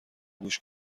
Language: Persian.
گوش